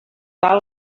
tal